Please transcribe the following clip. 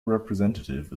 representative